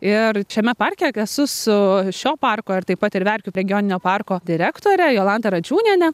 ir šiame parke esu su šio parko ir taip pat ir verkių regioninio parko direktore jolanta radžiūniene